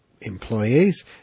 employees